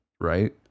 right